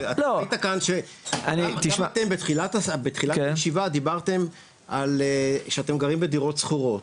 גם אתם בתחילת הישיבה דיברתם על שאתם גרים בדירות שכורות,